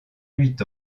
huit